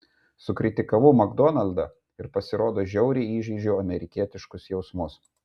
sukritikavau makdonaldą ir pasirodo žiauriai įžeidžiau amerikietiškus jausmus